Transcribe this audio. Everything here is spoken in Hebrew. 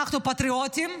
אנחנו פטריוטים,